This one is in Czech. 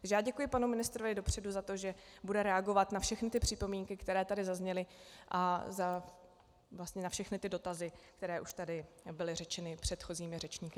Takže já děkuji panu ministrovi dopředu za to, že bude reagovat na všechny ty připomínky, které tady zazněly, a za vlastně na všechny ty dotazy, které už tady byly řečeny předchozími řečníky.